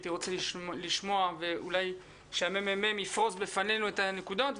הייתי רוצה לשמוע ואולי שהממ"מ יפרוס בפנינו את הנקודות,